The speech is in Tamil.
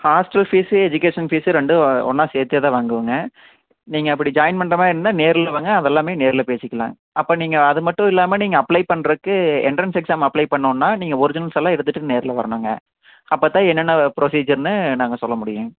ஹாஸ்ட்டல் ஃபீஸ்ஸு எஜுகேஷன் ஃபீஸ்ஸு ரெண்டும் ஒன்னாக சேர்த்தே தான் வாங்குவோங்க நீங்கள் அப்படி ஜாய்ன் பண்ணுற மாதிரி இருந்தால் நேரில் வாங்க அது எல்லாமே நேரில் பேசிக்கலாம் அப்போ நீங்கள் அது மட்டும் இல்லாமல் நீங்கள் அப்ளை பண்ணுறத்க்கு என்ட்ரன்ஸ் எக்ஸாம் அப்ளை பண்ணுன்னா நீங்கள் ஒரிஜினல்ஸ் எல்லா எடுத்துகிட்டு நேரில் வர்ணுங்க அப்போ தான் என்னென்ன ப்ரொசீஜர்ன்னு நாங்கள் சொல்ல முடியும்